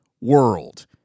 world